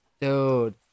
Dude